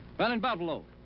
running buffalo,